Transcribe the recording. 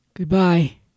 Goodbye